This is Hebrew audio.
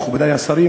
מכובדי השרים,